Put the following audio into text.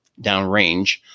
downrange